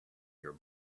your